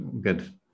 good